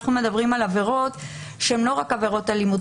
אנחנו מדברים על עבירות שהן לא רק עבירות אלימות.